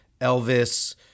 Elvis